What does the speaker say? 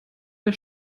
der